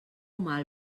mal